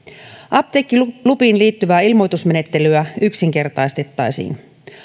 apteekkilupiin liittyvää ilmoitusmenettelyä yksinkertaistettaisiin